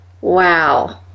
Wow